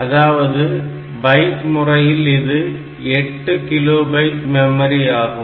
அதாவது பைட் முறையில் இது 8 கிலோ பைட் மெமரி ஆகும்